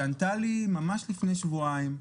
שענתה לי לפני שבועיים.